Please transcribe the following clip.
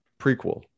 Prequel